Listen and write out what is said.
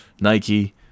Nike